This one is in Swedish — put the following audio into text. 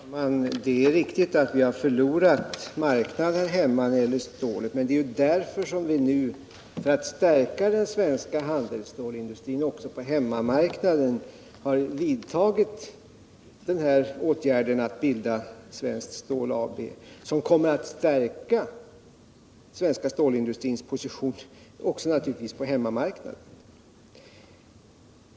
Herr talman! Det är riktigt att vi har förlorat marknader hemma när det gäller stålet. Men det är just för att stärka den svenska handelsstålsindustrin också på hemmamarknaden som vi har vidtagit åtgärden att bilda Svenskt Stål AB, för det kommer naturligtvis att stärka den svenska stålindustrins position också på hemmamarknaden.